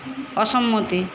অসম্মতি